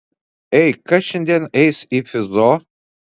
ei kas šiandien eis į fizo